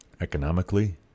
economically